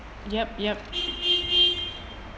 yup yup